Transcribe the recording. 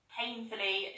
painfully